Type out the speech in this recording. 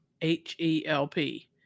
H-E-L-P